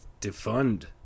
defund